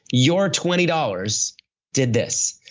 your twenty dollars did this.